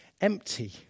empty